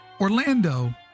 Orlando